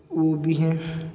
वो भी हैं